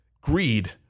greed